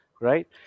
right